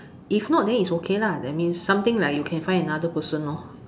if not then is okay lah that means something like you can find another person lor